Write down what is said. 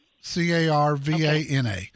C-A-R-V-A-N-A